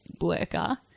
worker